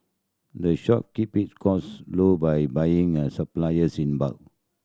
the shop keep it cost low by buying its supplies in bulk